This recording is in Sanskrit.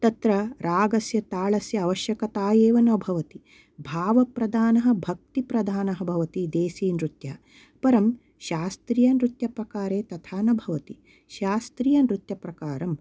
तत्र रागस्य तालस्य आवश्यकता एव न भवति भावप्रधानः भक्तिप्रधानः भवति देसीनृत्य परं शास्त्रीयनृत्यप्रकारे तथा न भवति शास्त्रीयनृत्यप्रकारम्